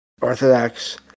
orthodox